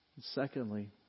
Secondly